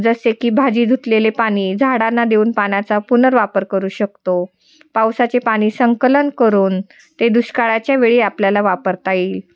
जसे की भाजी धुतलेले पाणी झाडांना देऊन पाण्याचा पुनर्वापर करू शकतो पावसाचे पाणी संकलन करून ते दुष्काळाच्या वेळी आपल्याला वापरता येईल